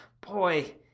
boy